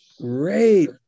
Great